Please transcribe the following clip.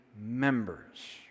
members